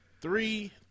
Three